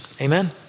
amen